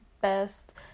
best